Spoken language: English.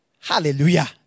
hallelujah